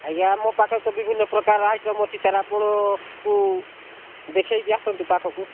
ଆଜ୍ଞା ମୋ ପାଖରେ ତ ବିଭିନ୍ନ ପ୍ରକାର ଆଇଟମ୍ ଅଛି ସାର୍ ଆପଣଙ୍କୁ ଦେଖାଇବି ଆସନ୍ତୁ ପାଖକୁ